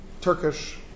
Turkish